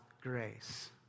grace